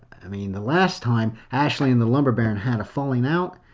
i mean, the last time ashley and the lumber baron had a falling out.